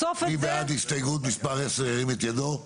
מי בעד הסתייגות 10 ירים את ידו.